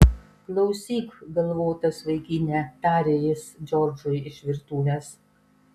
klausyk galvotas vaikine tarė jis džordžui iš virtuvės